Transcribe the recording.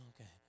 okay